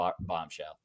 Bombshell